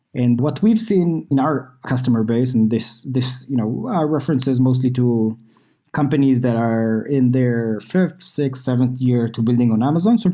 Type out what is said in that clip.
and what we've seen in our customer base, and this this you know references mostly to companies that are in their fifth, sixth, seventh year to building on amazon, so